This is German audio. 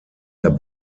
der